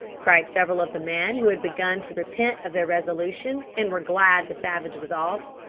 cried several of the men who had begun to repent of their resolution, and were glad the savage was off.